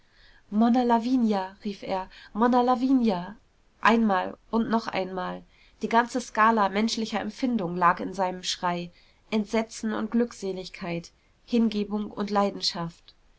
monna lavinia rief er monna lavinia einmal und noch einmal die ganze skala menschlicher empfindung lag in seinem schrei entsetzen und glückseligkeit hingebung und leidenschaft